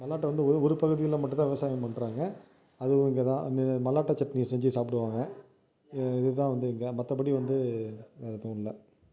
மல்லாட்டை வந்து ஒரு ஒரு பகுதியில் மட்டும் தான் விவசாயம் பண்றாங்க அதுவும் இங்கேதான் மல்லாட்டை சட்னி செஞ்சு சாப்பிடுவாங்க இதுதான் வந்து இங்கே மற்றபடி வந்து வேறு எதுவும் இல்லை